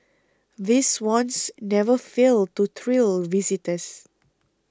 these swans never fail to thrill visitors